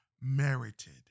merited